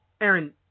Aaron